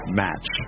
match